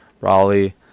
Raleigh